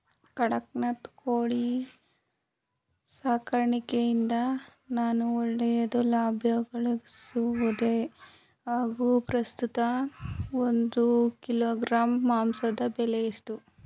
ಕಡಕ್ನಾತ್ ಕೋಳಿ ಸಾಕಾಣಿಕೆಯಿಂದ ನಾನು ಒಳ್ಳೆಯ ಲಾಭಗಳಿಸಬಹುದೇ ಹಾಗು ಪ್ರಸ್ತುತ ಒಂದು ಕಿಲೋಗ್ರಾಂ ಮಾಂಸದ ಬೆಲೆ ಎಷ್ಟು?